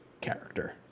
character